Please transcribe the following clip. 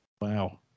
Wow